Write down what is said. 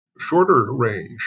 shorter-range